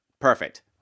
Perfect